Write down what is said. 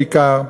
בעיקר,